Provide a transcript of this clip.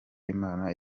imana